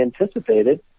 anticipated